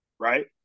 right